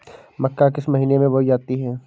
मक्का किस महीने में बोई जाती है?